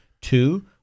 two